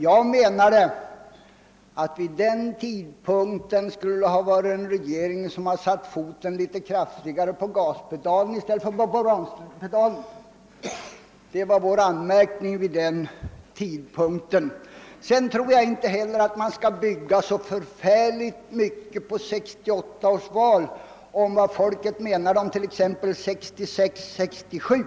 Jag menade att vi vid den tidpunkten borde ha haft en regering som satt foten litet kraftigare på gaspedalen i stället för på bromspedalen. Att så inte skedde var vår anmärkning vid den tidpunkten. Jag tror inte heller att man bör bygga så förfärligt mycket på utgången av 1968 års val när man vill bedöma vad folk ansåg om politiken åren 1966 och 1967.